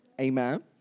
Amen